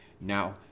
Now